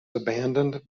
abandoned